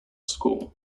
school